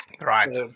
Right